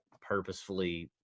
purposefully